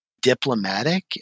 diplomatic